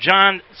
John